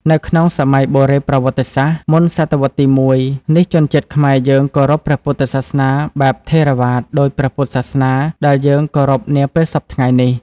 នៅក្នុងសម័យបុរេប្រវត្តិសាស្ត្រ មុនសតវត្សទី ១ នេះជនជាតិខ្មែរយើងគោរពព្រះពុទ្ធសាសនាបែបថេរវាទដូចពុទ្ធសាសនាដែលយើងគោរពនាពេលសព្វថ្ងៃនេះ ។